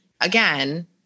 again